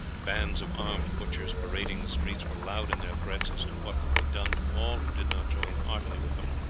bands of armed butchers parading the streets were loud in their threats as to what would be done to all who did not join heartily with them.